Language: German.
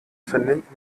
vernimmt